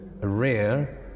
rare